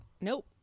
nope